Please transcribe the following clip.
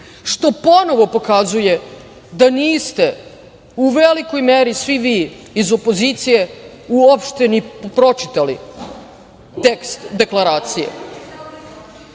što ponovo pokazuje da niste u velikoj meri, svi vi, iz opozicije uopšte ni pročitali tekst deklaracije. Deklaracija